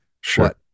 Sure